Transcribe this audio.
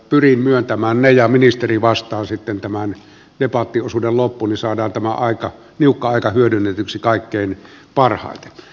pyrin myöntämään ne ja ministeri vastaa sitten tämän debattiosuuden loppuun niin että saadaan tämä aika niukka aika hyödynnetyksi kaikkein parhaiten